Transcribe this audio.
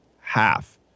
half